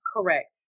Correct